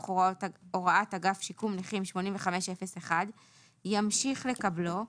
הוראת אגף שיקום נכים 85.01 ימשיך לקבלו,